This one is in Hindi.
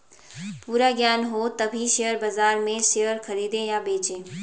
पूरा ज्ञान हो तभी शेयर बाजार में शेयर खरीदे या बेचे